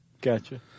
Gotcha